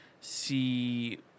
see